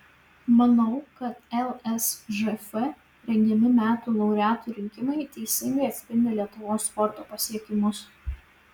manau kad lsžf rengiami metų laureatų rinkimai teisingai atspindi lietuvos sporto pasiekimus